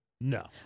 No